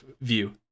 view